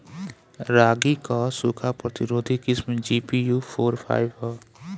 रागी क सूखा प्रतिरोधी किस्म जी.पी.यू फोर फाइव ह?